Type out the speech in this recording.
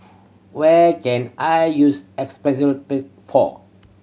where can I use